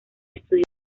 estudió